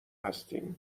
هستیم